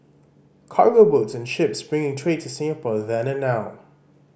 cargo boats and ships bringing trade to Singapore then and now